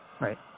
right